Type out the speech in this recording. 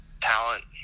talent